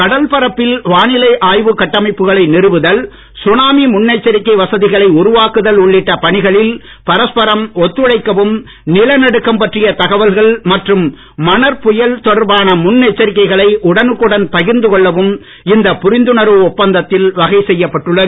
கடல் பரப்பில் வானிலை கட்டமைப்புகளை நிறுவுதல் சுனாமி முன் எச்சரிக்கை வசதிகளை உருவாக்குதல் உள்ளிட்ட பணிகளில் பரஸ்பரம் ஒத்துழைக்கவும் நில நடுக்கம் பற்றிய தகவல்கள் மற்றும் மணற்புயல் தொடர்பான முன் எச்சரிக்கைகளை உடனுக்குடன் பகிர்ந்து கொள்ளவும் இந்த புரிந்துணர்வு ஒப்பந்தத்தில் வகை செய்யப்பட்டுள்ளது